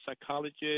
psychologist